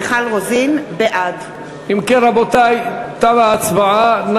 מיכל רוזין, בעד אם כן, רבותי, תמה ההצבעה.